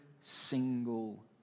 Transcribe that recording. single